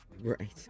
right